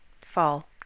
Fall